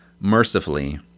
mercifully